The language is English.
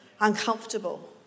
uncomfortable